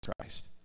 Christ